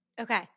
Okay